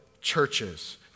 churches